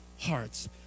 hearts